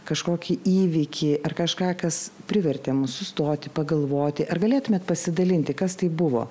kažkokį įvykį ar kažką kas privertė mus sustoti pagalvoti ar galėtumėt pasidalinti kas tai buvo